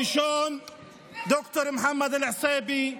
הראשון הוא ד"ר מוחמד אלעסיבי,